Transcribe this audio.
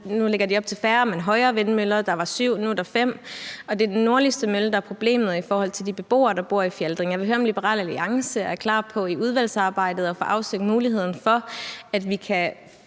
Nu lægges der op til færre, men højere vindmøller; der var syv, nu er der fem, og det er den nordligste mølle, der er problemet i forhold til beboerne i Fjaltring. Jeg vil høre, om Liberal Alliance er klar på i udvalgsarbejdet at få afsøgt muligheden for, at vi